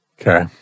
okay